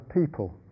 people